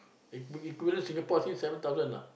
equivalent Singapore think seven thousand ah